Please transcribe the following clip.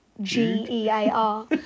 G-E-A-R